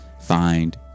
find